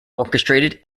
orchestrated